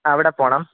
അവിടെ പോവണം